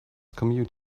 commuting